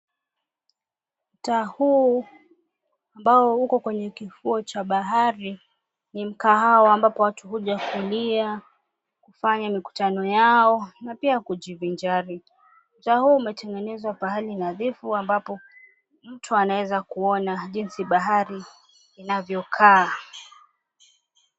Mtaa huu ambao uko kwenye kifuo cha bahari ni mkahawa ambapo watu huja kulia, kufanya mikutano yao na pia kujivinjari. Mtaa huu umetengenezwa pahali nadhifu ambapo mtu anaweza kuona jinsi bahari inavyokaa.